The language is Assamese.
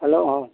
হেল্ল' অ